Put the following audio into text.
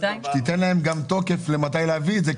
שתיתן להם גם תוקף למתי להביא את זה,